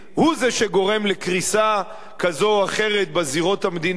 הוא זה שגורם לקריסה כזו או אחרת בזירות המדיניות,